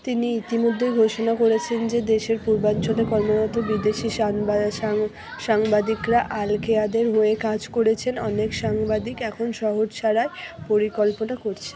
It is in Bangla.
তিনি ইতিমধ্যেই ঘোষণা করেছেন যে দেশের পূর্বাঞ্চলে কর্মরত বিদেশী সাংবা সাং সাংবাদিকরা আলকায়েদার হয়ে কাজ করেছেন অনেক সাংবাদিক এখন শহর ছাড়ার পরিকল্পনা করছে